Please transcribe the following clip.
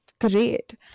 great